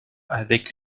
avec